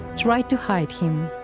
tried to hide him.